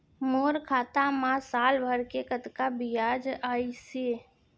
मोर खाता मा साल भर के कतका बियाज अइसे?